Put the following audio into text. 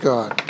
God